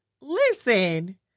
Listen